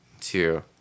two